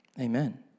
Amen